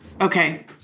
Okay